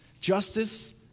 Justice